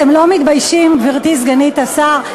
אתם לא מתביישים, גברתי סגנית השר?